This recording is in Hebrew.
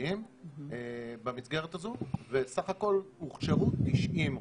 רשותיים במסגרת הזו וסך הכול הוכשרו 90 רופאים.